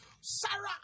Sarah